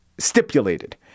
stipulated